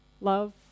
love